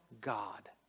God